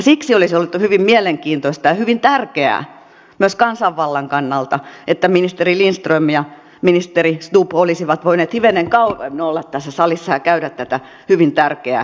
siksi olisi ollut hyvin mielenkiintoista ja hyvin tärkeää myös kansanvallan kannalta että ministeri lindström ja ministeri stubb olisivat voineet hivenen kauemmin olla tässä salissa ja käydä tätä hyvin tärkeää keskustelua